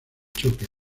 choque